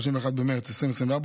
31 במרץ 2024,